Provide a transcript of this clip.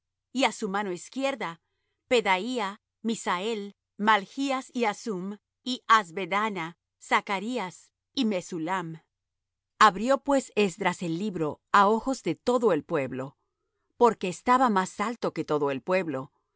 á su mano izquierda pedaía misael y malchas y hasum y hasbedana zachrías y mesullam abrió pues esdras el libro á ojos de todo el pueblo porque estaba más alto que todo el pueblo